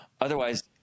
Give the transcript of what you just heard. Otherwise